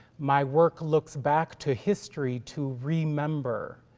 my work looks back to history to remember,